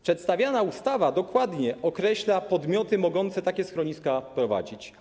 Przedstawiana ustawa dokładnie określa podmioty mogące takie schroniska prowadzić.